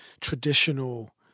traditional